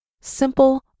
simple